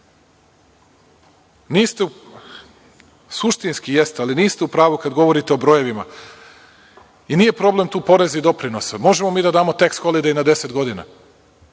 Srbiji. Suštinski jeste, ali niste u pravu kada govorite o brojevima. Nije problem tu poreza i doprinosa. Možemo mi da damo tax holiday na deset godina.